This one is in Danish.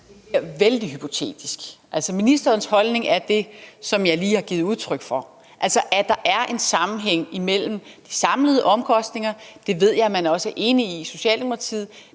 Det bliver vældig hypotetisk. Ministerens holdning er den, som jeg lige har givet udtryk for, altså at der er en sammenhæng imellem de samlede omkostninger – det ved jeg at man også er enig i i Socialdemokratiet